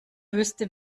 wüsste